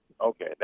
Okay